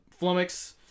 Flummox